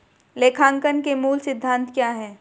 लेखांकन के मूल सिद्धांत क्या हैं?